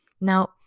Now